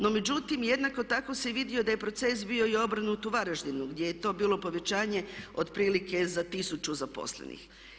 No međutim, jednako tako se i vidio i da je proces bio i obrnut u Varaždinu, gdje je to bilo povećanje otprilike za 1000 zaposlenih.